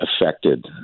affected